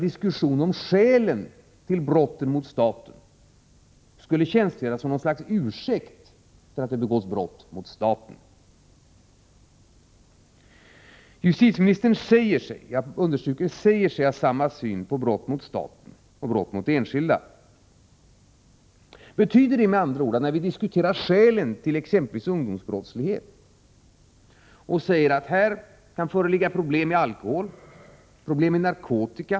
Diskussion om skälen till brotten mot staten skulle tjänstgöra som något slags ursäkt för att det begås brott mot staten. Justitieministern säger sig — jag understryker säger sig — ha samma syn på brott mot staten och brott mot enskilda. När vi diskuterar skälen till exempelvis ungdomsbrottslighet sägs att här kan föreligga problem med alkohol och problem med narkotika.